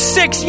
six